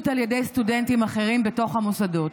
על ידי סטודנטים אחרים בתוך המוסדות.